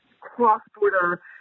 cross-border